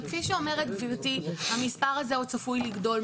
אבל כפי שאומרת גברתי, המספר הזה עוד צפוי לגדול.